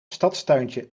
stadstuintje